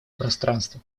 пространства